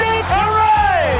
Hooray